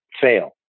fail